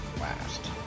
last